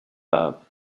pas